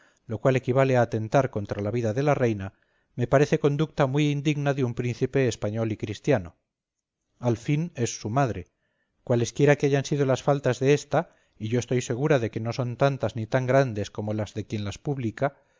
lo cual equivale a atentar contra la vida de la reina me parece conducta muy indigna de un príncipe español y cristiano al fin es su madre cualesquiera que hayan sido las faltas de ésta y yo estoy segura de que no son tantas ni tan grandes como las de quien las publica no es propio de un hijo el reconocerlas o mencionarlas ni menos fundarse en ellas